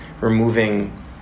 removing